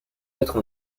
mettre